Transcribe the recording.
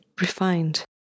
Refined